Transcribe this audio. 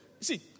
see